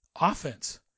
offense